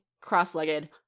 cross-legged